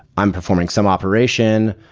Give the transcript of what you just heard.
i'm performing some operation.